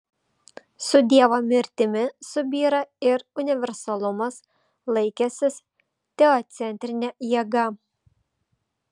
su dievo mirtimi subyra ir universalumas laikęsis teocentrine jėga